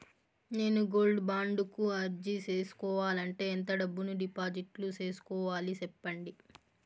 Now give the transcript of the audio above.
నేను gold bond కు అర్జీ సేసుకోవాలంటే ఎంత డబ్బును డిపాజిట్లు సేసుకోవాలి సెప్పండి